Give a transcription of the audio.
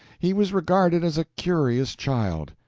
he was regarded as a curious child.